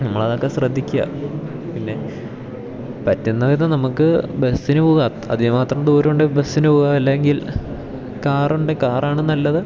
നമ്മളതൊക്കെ ശ്രദ്ധിക്കുക പിന്നെ പറ്റുന്ന വിധം നമുക്ക് ബസ്സിന് പോകുക അതിന് മാത്രം ദൂരമുണ്ടേൽ ബസ്സിന് പോകുക അല്ലെങ്കിൽ കാറുണ്ട് കാറാണ് നല്ലത്